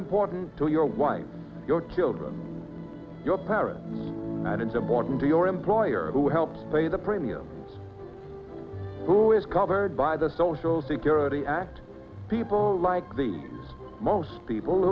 important to your wife your children your parents and it's important to your employer who helps pay the premiums who is covered by the social security act people like the most people